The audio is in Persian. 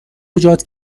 ایجاد